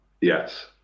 Yes